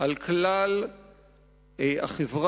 על כלל החברה,